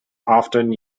often